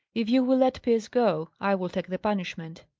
if you will let pierce go, i will take the punishment.